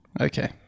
Okay